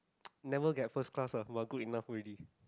never get first class lah but good enough already